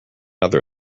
other